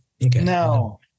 No